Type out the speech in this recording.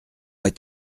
est